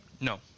No